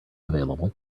available